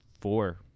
four